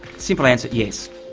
simple answer yes.